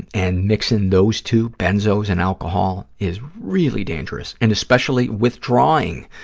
and mixing those two, benzos and alcohol, is really dangerous, and especially withdrawing